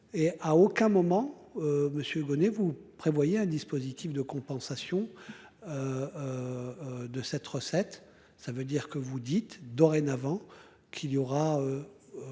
et à aucun moment. Monsieur Bonnet vous prévoyez un dispositif de compensation. De cette recette. Ça veut dire que vous dites dorénavant qu'il y aura.